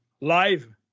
live